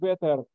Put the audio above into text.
better